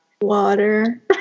Water